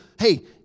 Hey